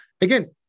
again